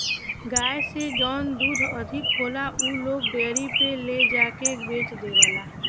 गाय से जौन दूध अधिक होला उ लोग डेयरी पे ले जाके के बेच देवला